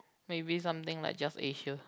maybe something like Just Acia